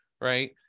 right